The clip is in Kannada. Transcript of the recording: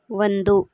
ಒಂದು